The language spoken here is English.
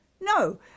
No